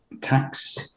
tax